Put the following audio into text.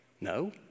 No